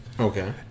Okay